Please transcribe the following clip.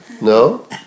No